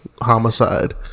Homicide